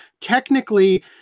Technically